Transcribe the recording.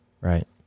right